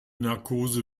narkose